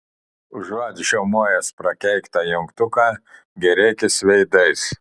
užuot žiaumojęs prakeiktą jungtuką gėrėkis veidais